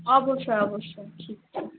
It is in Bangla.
অবশ্যই অবশ্যই ঠিক আছে